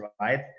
right